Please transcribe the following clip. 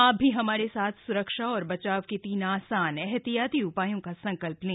आप भी हमारे साथ स्रक्षा और बचाव के तीन आसान एहतियाती उपायों का संकल्प तें